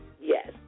yes